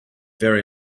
very